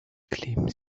kleben